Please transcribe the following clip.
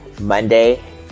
Monday